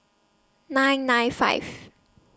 nine nine five